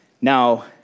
Now